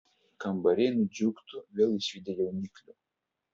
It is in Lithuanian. kambariai nudžiugtų vėl išvydę jauniklių